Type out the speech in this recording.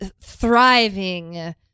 thriving